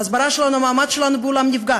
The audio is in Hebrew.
ההסברה שלנו, המעמד שלנו בעולם נפגע.